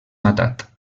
matat